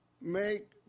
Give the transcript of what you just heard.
make